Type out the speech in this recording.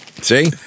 See